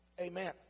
Amen